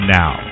now